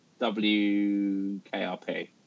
WKRP